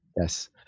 Yes